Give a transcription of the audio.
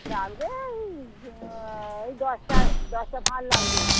লাগবে এই এই দশটা দশটা ভাঁড় লাগবে